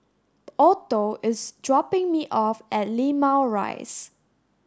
Otho is dropping me off at Limau Rise